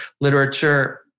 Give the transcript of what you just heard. literature